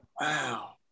Wow